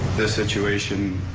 the situation,